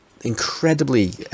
incredibly